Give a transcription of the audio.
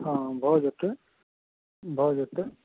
हँ भऽ जेतै भऽ जेतै